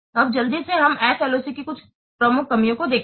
अब जल्दी से हम SLOC की कुछ प्रमुख कमियों को देखते है